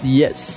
yes